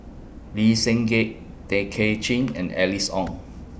Lee Seng Gee Tay Kay Chin and Alice Ong